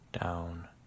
down